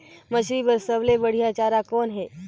मछरी बर सबले बढ़िया चारा कौन हे?